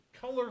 color